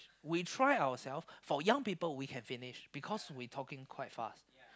we try ourself for young people we can finish because we talking quite fast